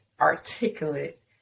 articulate